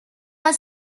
are